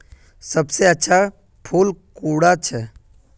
सबसे अच्छा फुल कुंडा छै?